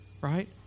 Right